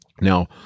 Now